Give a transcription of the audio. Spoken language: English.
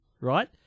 right